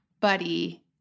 Buddy